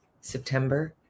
September